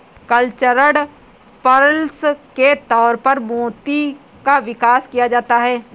cultured pearls के तौर पर मोती का विकास किया जाता है